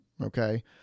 Okay